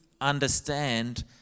understand